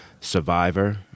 Survivor